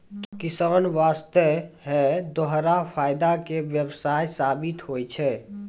किसान वास्तॅ है दोहरा फायदा के व्यवसाय साबित होय छै